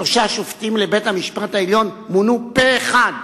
שלושה שופטים לבית-המשפט העליון מונו פה אחד,